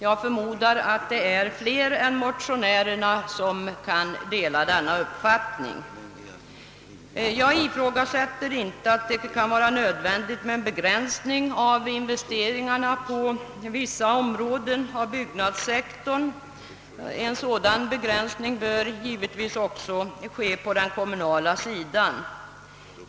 Jag förmodar att det är flera än motionärerna som kan dela denna uppfattning. Jag ifrågasätter inte att det är nödvändigt med en begränsning av investeringarna på vissa områden av byggnadssektorn, En sådan begränsning bör givetvis också ske på den kommunala sidan.